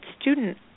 student